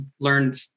learned